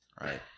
right